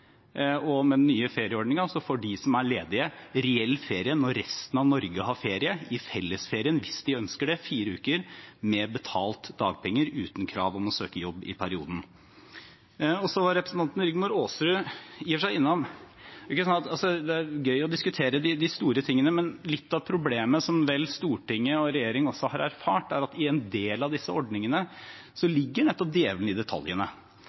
Med den nye ferieordningen får de som er ledige, reell ferie når resten av Norge har ferie, i fellesferien hvis de ønsker det, fire uker med dagpenger uten krav om å søke jobb i perioden. Så var representanten Rigmor Aasrud i og for seg innom: Det er gøy å diskutere de store tingene, men litt av problemet som vel Stortinget og regjeringen også har erfart, er at i en del av disse ordningene ligger nettopp djevelen i detaljene.